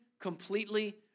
completely